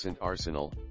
arsenal